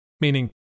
meaning